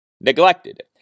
neglected